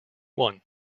one